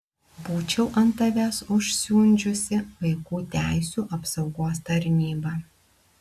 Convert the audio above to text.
būčiau ant tavęs užsiundžiusi vaikų teisių apsaugos tarnybą